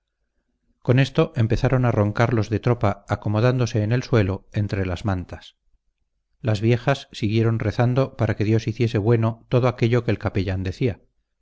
con esto empezaron a roncar los de tropa acomodándose en el suelo entre mantas las viejas siguieron rezando para que dios hiciese bueno todo aquello que el capellán decía